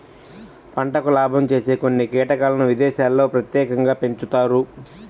పంటకు లాభం చేసే కొన్ని కీటకాలను విదేశాల్లో ప్రత్యేకంగా పెంచుతారు